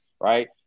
right